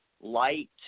light